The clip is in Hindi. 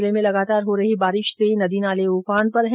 जिले में लगातार हो रही बारिश से नदी नाले उफान पर है